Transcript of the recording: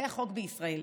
זה החוק בישראל.